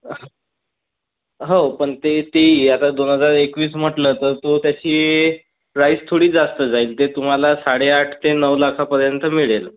हो पण ते ती आता दोन हजार एकवीस म्हटलं तर तो त्याची प्राईझ थोडी जास्त जाईल ते तुम्हाला साडेआठ ते नऊ लाखापर्यंत मिळेल